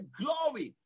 glory